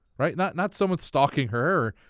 right. not not someone stalking her,